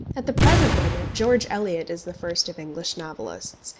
at the present moment george eliot is the first of english novelists,